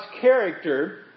character